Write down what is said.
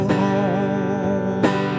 home